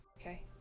okay